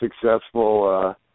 successful